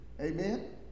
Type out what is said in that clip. Amen